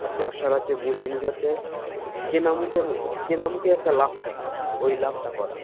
আর ব্যবসার হচ্ছে মূল জিনিস হচ্ছে কেনা মুখে কেনা মুখে একটা লাভ থাকে ওই লাভটা করা